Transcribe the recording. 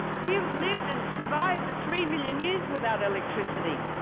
we have lived and survived for three million years without electricity!